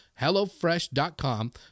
HelloFresh.com